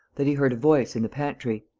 that he heard a voice in the pantry.